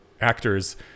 actors